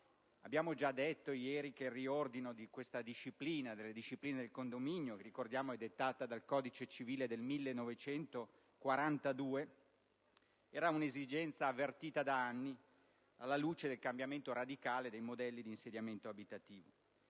Abbiamo già detto ieri che il riordino della disciplina del condominio negli edifici, regolamentata dal codice civile del 1942, era un'esigenza avvertita da anni alla luce del cambiamento radicale dei modelli di insediamento abitativo.